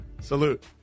salute